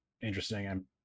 interesting